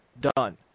done